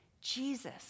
Jesus